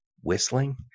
whistling